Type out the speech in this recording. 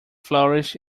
flourish